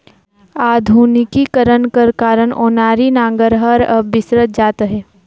आधुनिकीकरन कर कारन ओनारी नांगर हर अब बिसरत जात अहे